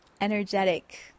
energetic